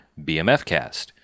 BMFCast